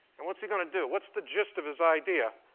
and what's he going to do? what's the gist of his idea?